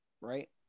right